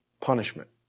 punishment